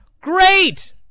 Great